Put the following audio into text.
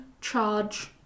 Charge